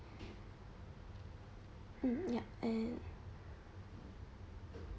mm yup and